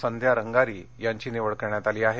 संध्या रंगारी यांची निवड करण्यात आली आहे